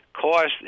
cost